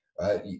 right